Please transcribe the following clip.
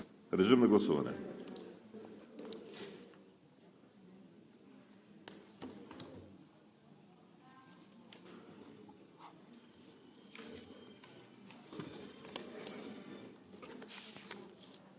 Режим на гласуване